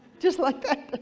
just like that, but